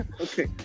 Okay